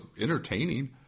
entertaining